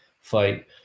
fight